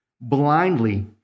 Blindly